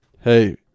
Hey